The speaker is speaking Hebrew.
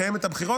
לקיים את הבחירות,